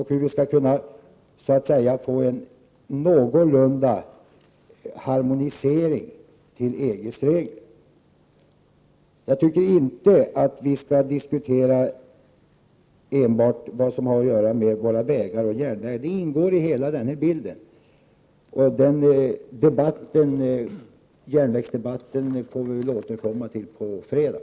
Hur skall vi kunna få en harmonisering någorlunda i enlighet med EG:s regler? Jag tycker inte att vi enbart skall diskutera sådant som har att göra med våra vägar och järnvägar. De ingår i hela denna bild. Järnvägsdebatten får vi väl återkomma till på fredag.